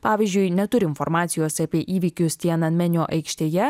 pavyzdžiui neturi informacijos apie įvykius tiananmenio aikštėje